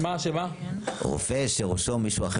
רופא שירשום מישהו אחר,